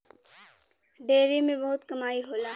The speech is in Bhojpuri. डेयरी में बहुत कमाई होला